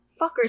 fuckers